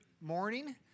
morning